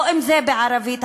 או בערבית,